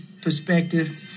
perspective